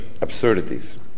absurdities